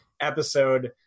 episode